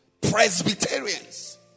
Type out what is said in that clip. Presbyterians